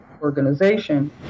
organization